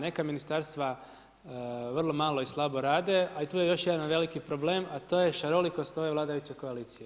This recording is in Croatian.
Neka ministarstva vrlo malo i slabo rade, a i tu je još jedan veliki problem, a to je šarolikost ove vladajuće koalicije.